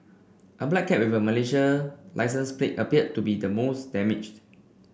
a black car with a Malaysian licence plate appeared to be the most damaged